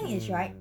mm